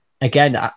again